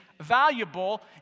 valuable